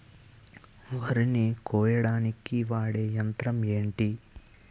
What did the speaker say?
వరి ని కోయడానికి వాడే యంత్రం ఏంటి?